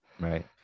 Right